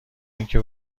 اینکه